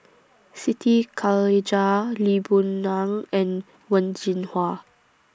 Siti Khalijah Lee Boon Ngan and Wen Jinhua